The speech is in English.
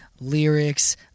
lyrics